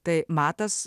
tai matas